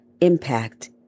impact